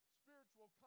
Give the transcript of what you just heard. spiritual